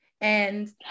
And-